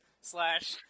slash